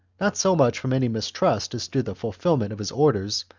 not so much from any mistrust as to the fulfilment of his orders,